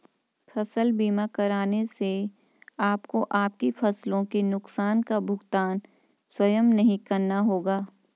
फसल बीमा कराने से आपको आपकी फसलों के नुकसान का भुगतान स्वयं नहीं करना होगा